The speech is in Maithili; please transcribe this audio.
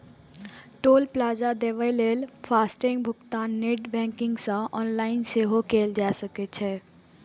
टोल प्लाजा देबय लेल फास्टैग भुगतान नेट बैंकिंग सं ऑनलाइन सेहो कैल जा सकै छै